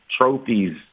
trophies